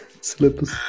Slippers